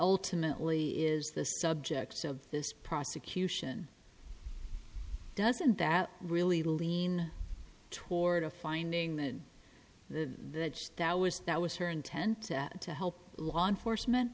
ultimately is the subjects of this prosecution doesn't that really lean toward a finding that the that was that was her intent to help law enforcement